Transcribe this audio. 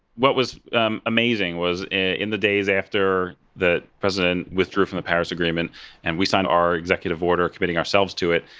what was amazing was in the days after the president withdrew from the paris agreement and we signed our executive order committing ourselves to it,